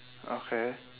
okay